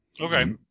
Okay